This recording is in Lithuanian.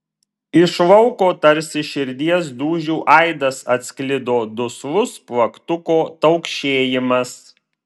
iš lauko tarsi širdies dūžių aidas atsklido duslus plaktuko taukšėjimas